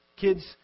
Kids